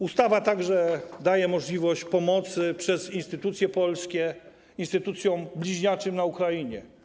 Ustawa daje także możliwość pomocy poprzez instytucje polskie instytucjom bliźniaczym na Ukrainie.